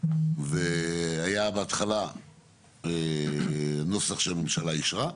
והיה בהתחלה נוסח שהממשלה אישרה,